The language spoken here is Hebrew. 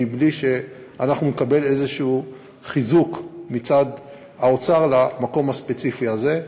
מבלי שאנחנו נקבל חיזוק כלשהו מצד האוצר למקום הספציפי הזה.